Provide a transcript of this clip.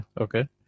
Okay